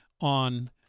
on